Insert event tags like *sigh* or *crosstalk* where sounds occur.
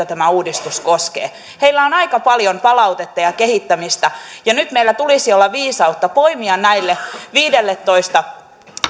*unintelligible* tämä uudistus koskee heillä on aika paljon palautetta ja ja kehittämistä ja nyt meillä tulisi olla viisautta poimia näille viidelletoista